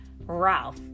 Ralph